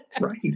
right